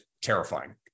terrifying